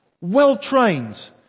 well-trained